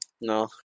No